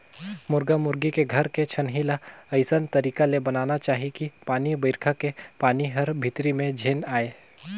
मुरगा मुरगी के घर के छानही ल अइसन तरीका ले बनाना चाही कि पानी बइरखा के पानी हर भीतरी में झेन आये